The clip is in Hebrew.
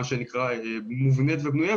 מה שנקרא מובנית ובנויה,